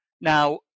Now